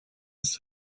des